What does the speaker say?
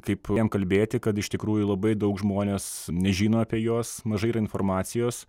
kaip jam kalbėti kad iš tikrųjų labai daug žmonės nežino apie juos mažai yra informacijos